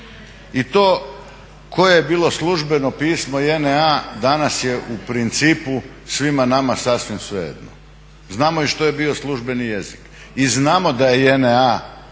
I to koje je bilo službeno pismo JNA danas je u principu svima nama sasvim svejedno. Znamo i što je bio službeni jezik i znamo da je JNA